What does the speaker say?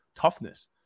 toughness